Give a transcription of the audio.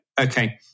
Okay